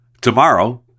tomorrow